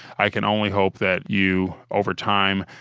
i can only hope that you, over time,